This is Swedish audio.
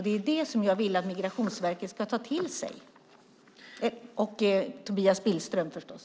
Det är det som jag vill att Migrationsverket ska ta till sig och Tobias Billström förstås.